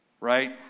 right